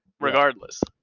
regardless